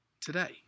today